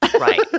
Right